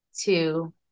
two